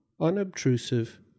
unobtrusive